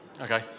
okay